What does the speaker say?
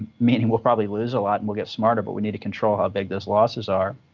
meaning we'll probably lose a lot and we'll get smarter, but we need to control how big those losses are.